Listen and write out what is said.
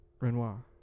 Renoir